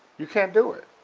you can't do it.